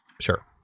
sure